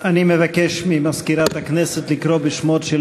מבקש ממזכירת הכנסת לקרוא בשמות של